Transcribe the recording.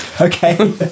Okay